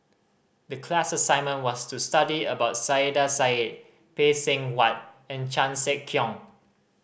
the class assignment was to study about Saiedah Said Phay Seng Whatt and Chan Sek Keong